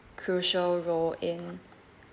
crucial role in